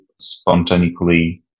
spontaneously